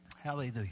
Hallelujah